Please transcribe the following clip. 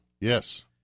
Yes